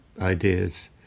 ideas